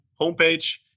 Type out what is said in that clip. homepage